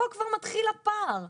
פה כבר מתחיל הפער.